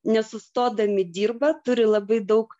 nesustodami dirba turi labai daug